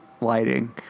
lighting